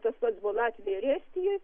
tas pats buvo latvijoj ir estijoj